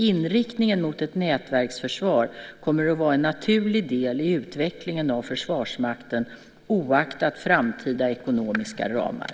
Inriktningen mot ett nätverksförsvar kommer att vara en naturlig del i utvecklingen av Försvarsmakten oaktat framtida ekonomiska ramar.